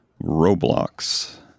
Roblox